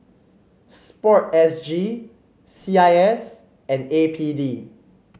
sports S G C I S and A P D